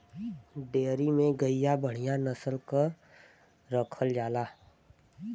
dairy में गइया बढ़िया नसल के रखल जाला